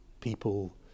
people